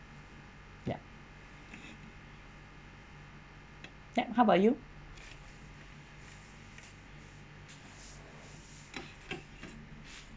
yup then how about you